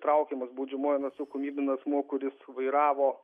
traukiamas baudžiamojon atsakomybėn asmuo kuris vairavo